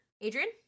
Adrian